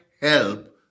help